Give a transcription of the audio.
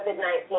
COVID-19